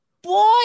boy